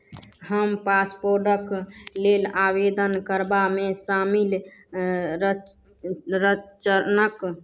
हम पासपोर्टक लेल आवेदन करबामे शामिल रच चरणक